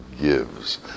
gives